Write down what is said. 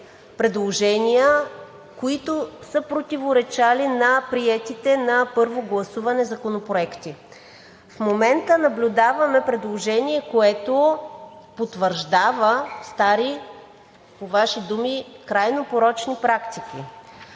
предложения, които са противоречали на приетите на първо гласуване законопроекти. В момента наблюдаваме предложение, което потвърждава стари, по Ваши думи, крайно порочни практики.